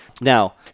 Now